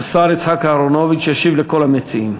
השר יצחק אהרונוביץ, וישיב לכל המציעים.